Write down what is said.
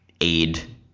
aid